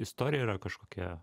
istorija yra kažkokie